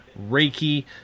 Reiki